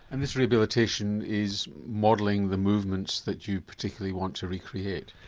and this rehabilitation is modelling the movements that you particularly want to recreate?